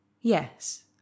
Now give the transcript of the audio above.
Yes